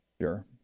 Sure